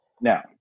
Now